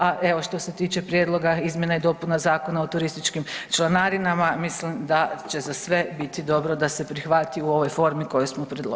A evo što se tiče prijedloga izmjena i dopuna Zakona o turističkim članarinama mislim da će za sve biti dobro da se prihvati u ovoj formi koju smo predložili.